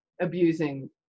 abusing